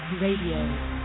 Radio